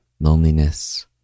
loneliness